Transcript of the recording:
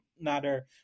matter